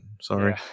Sorry